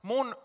Mun